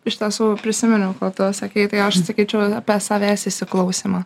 iš tiesų prisiminiau kol tu sakei tai aš sakyčiau apie savęs įsiklausymą